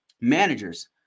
managers